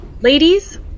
Ladies